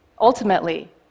ultimately